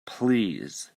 please